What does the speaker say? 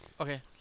Okay